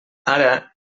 ara